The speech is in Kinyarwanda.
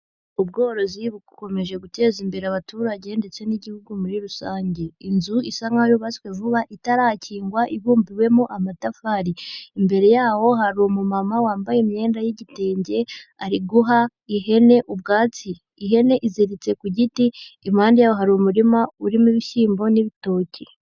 Ubworozi bukomeje guteza imbere abaturage ndetse n'Igihugu muri rusange. Inzu isa nkaho yubatswe vuba, itarakingwa, ibumbiwemo amatafari. Imbere yaho hari umumama wambaye imyenda y'igitenge, ari guha ihene ubwatsi. Ihene iziritse ku giti, impande yaho hari umurima urimo ibishyimbo n'ibitoki.